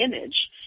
image